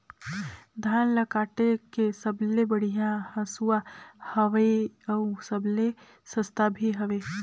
धान ल काटे के सबले बढ़िया हंसुवा हवये? अउ सबले सस्ता भी हवे?